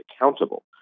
accountable